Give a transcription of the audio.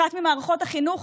אחת ממערכות החינוך